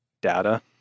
data